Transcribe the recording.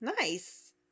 nice